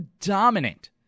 dominant